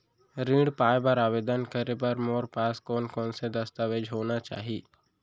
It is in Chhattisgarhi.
ऋण पाय बर आवेदन करे बर मोर पास कोन कोन से दस्तावेज होना चाही?